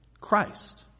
Christ